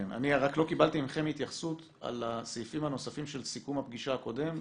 קיבלתי ממכם התייחסות על הסעיפים הנוספים של סיכום הפגישה הקודמת,